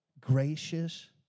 Gracious